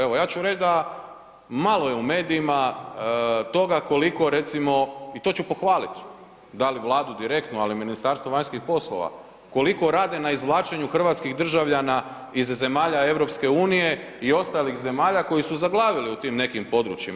Evo ja ću reć da malo je u medijima toga koliko recimo i to ću pohvalit, da li Vladu direktno, ali Ministarstvo vanjskih poslova, koliko rade na izvlačenju hrvatskih državljana iz zemalja EU i ostalih zemalja koji su zaglavili u tim nekim područjima.